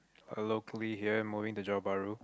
I'm locally here I'm moving to Johor-Bahru